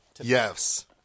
Yes